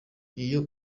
iyo